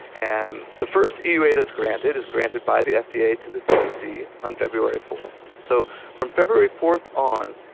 and the first airway that's granted is granted by the fda yeah to the cdc on february fourth. so from february fourth on,